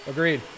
Agreed